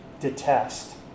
detest